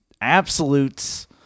absolutes